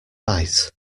bite